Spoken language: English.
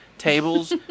Tables